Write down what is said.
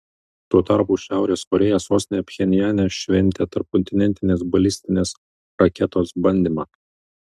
tuo tarpu šiaurės korėja sostinėje pchenjane šventė tarpkontinentinės balistinės raketos bandymą